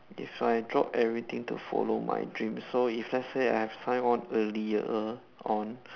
if I drop everything to follow my dreams so if let's say I have signed on earlier on